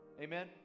Amen